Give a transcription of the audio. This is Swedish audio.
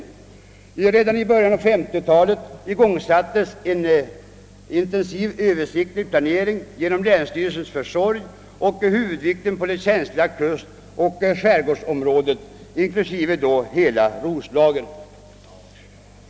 I början på 1950-talet igångsattes en intensiv översiktlig planering genom länsstyrelsens försorg med huvudvikt på det känsliga kustoch skärgårdsområdet inklusive hela Roslagen.